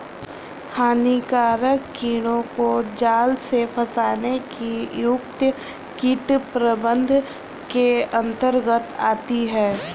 हानिकारक कीटों को जाल में फंसने की युक्तियां कीट प्रबंधन के अंतर्गत आती है